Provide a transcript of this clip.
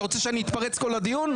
אתה רוצה שאני אתפרץ כל הדיון?